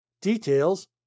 Details